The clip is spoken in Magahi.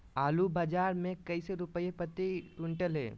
आलू बाजार मे कैसे रुपए प्रति क्विंटल है?